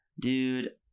dude